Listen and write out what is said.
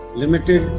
limited